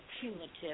cumulative